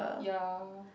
ya